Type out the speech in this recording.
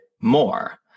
more